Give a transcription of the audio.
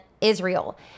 Israel